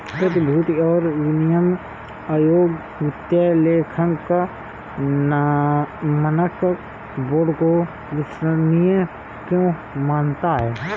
प्रतिभूति और विनिमय आयोग वित्तीय लेखांकन मानक बोर्ड को विश्वसनीय क्यों मानता है?